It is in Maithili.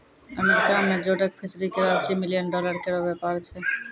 अमेरिका में जोडक फिशरी केरो अस्सी मिलियन डॉलर केरो व्यापार छै